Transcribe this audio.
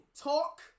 talk